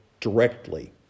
directly